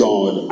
God